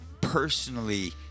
personally